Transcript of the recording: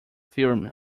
theorem